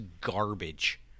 garbage